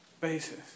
basis